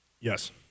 Yes